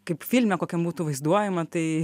kaip filme kokiam būtų vaizduojama tai